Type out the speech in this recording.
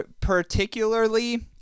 particularly